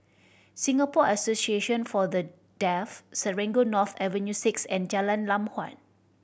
Singapore Association For The Deaf Serangoon North Avenue Six and Jalan Lam Huat